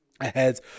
ahead